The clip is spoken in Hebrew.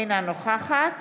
אינה נוכחת